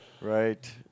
Right